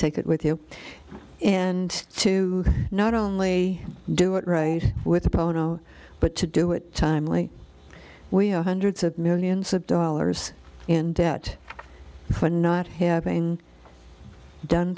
take it with you and to not only do it right with bono but to do it timely we have hundreds of millions of dollars in debt for not having done